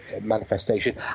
manifestation